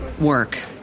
work